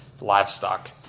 livestock